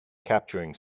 capturing